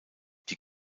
die